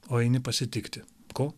o eini pasitikti ko